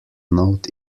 note